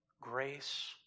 grace